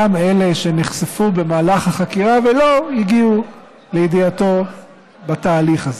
גם אלה שנחשפו במהלך החקירה ולא הגיעו לידיעתו בתהליך הזה.